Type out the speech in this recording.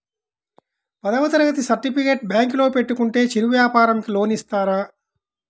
పదవ తరగతి సర్టిఫికేట్ బ్యాంకులో పెట్టుకుంటే చిరు వ్యాపారంకి లోన్ ఇస్తారా?